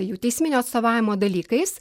jų teisminio atstovavimo dalykais